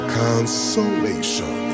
consolation